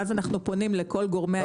ואז אנחנו פונים לכל גורמי העניין.